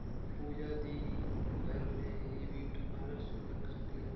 पूजा दी घर में ही ब्यूटी पार्लर शुरू करना चाहती है